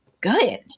good